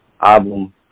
album